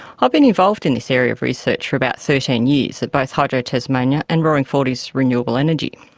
ah been involved in this area of research for about thirteen years at both hydro tasmania and roaring forty s renewable energy.